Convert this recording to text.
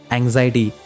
anxiety